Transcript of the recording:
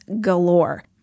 galore